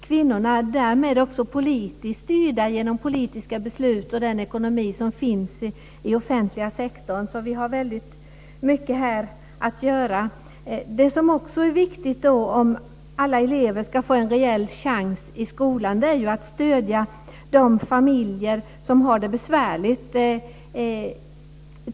Kvinnorna är därmed också styrda genom politiska beslut och den ekonomi som finns i offentliga sektorn, så vi har mycket att göra här. Det som också är viktigt om alla elever ska få en reell chans i skolan är att stödja de familjer som har det besvärligt.